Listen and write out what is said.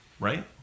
Right